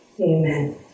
Amen